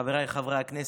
חבריי חברי הכנסת,